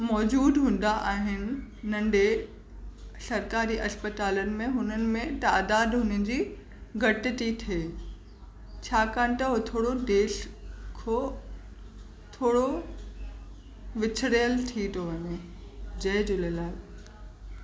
मौजूदु हूंदा आहिनि नंढे सरकारी अस्पतालुनि में हुननि में तइदाद हुननि जी घटि ती थे छाकाणि त उहो थोरो टेस्ट खों थोरो विछड़ियल थी थो वञे जय झूलेलाल